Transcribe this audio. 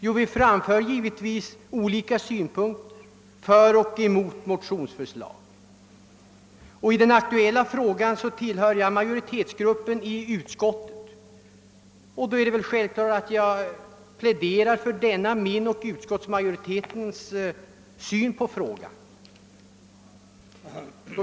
Jo, vi framför givetvis olika synpunkter för och emot motionsförslag. I den aktuella frågan tillhör jag utskottets majoritet. Då är det självklart att jag pläderar för denna min och utskottsmajoritetens syn på frågan.